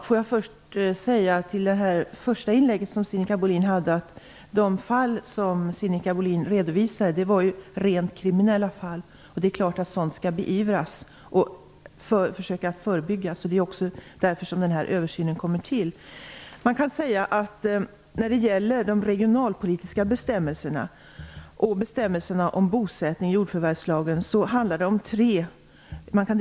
Herr talman! Till det första inlägg som Sinikka Bohlin gjorde vill jag säga att de fall som Sinikka Bohlin redovisade var rent kriminella fall. Det är klart att sådant skall beivras och att man skall försöka förebygga det. Det är också därför som översynen görs. När det gäller de regionalpolitiska bestämmelserna och bestämmelserna om bosättning i jordförvärvslagen kan man dela in dem i tre områden.